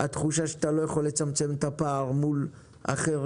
התחושה שאתה לא יכול לצמצם את הפער מול אחרים,